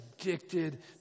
addicted